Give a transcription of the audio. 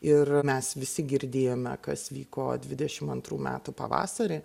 ir mes visi girdėjome kas vyko dvidešim antrų metų pavasarį